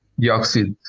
the oxide